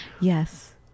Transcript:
Yes